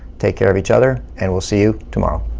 take care of each other, and we'll see you tomorrow.